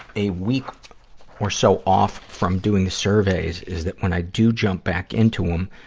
a week or so off from doing the surveys is that when i do jump back into em,